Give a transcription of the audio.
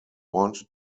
wanted